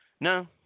no